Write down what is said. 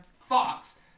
Fox